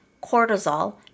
cortisol